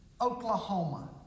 Oklahoma